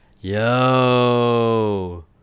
Yo